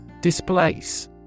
Displace